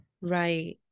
right